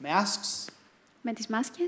Masks